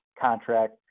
contract